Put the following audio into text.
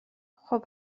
خوب